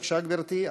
בבקשה, גברתי.